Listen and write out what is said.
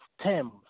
STEM